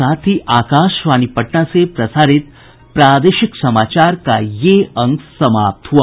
इसके साथ ही आकाशवाणी पटना से प्रसारित प्रादेशिक समाचार का ये अंक समाप्त हुआ